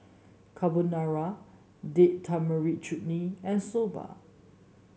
Carbonara Date Tamarind Chutney and Soba